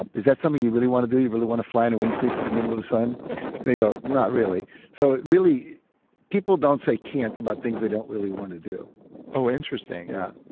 um is that something you really want to do? you really want to fly in a wing suit to the middle of the sun? and they go, not really. so, people don't say can't about things they don't really want to do oh, interesting, yeah